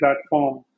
platform